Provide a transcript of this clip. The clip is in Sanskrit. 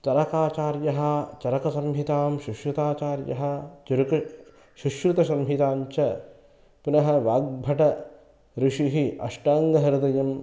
चरकाचार्यः चरकसंहितां शुश्रुताचार्यः चरक शुश्रुतशसंहितां च पुनः वाग्भटऋषिः अष्टाङ्गहृदयम्